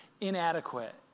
inadequate